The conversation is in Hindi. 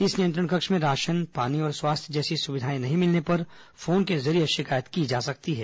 इस नियंत्रण कक्ष में राशन पानी और स्वास्थ्य जैसी सुविधाएं नहीं मिलने पर फोन के जरिये शिकायत की जा सकती है